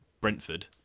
Brentford